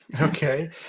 Okay